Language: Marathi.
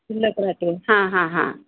हां हां हां